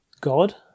God